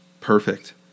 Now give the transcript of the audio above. perfect